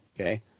Okay